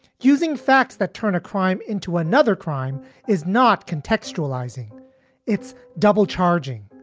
using facts that turn a crime into another crime is not contextualising it's double charging.